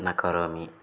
न करोमि